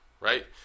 right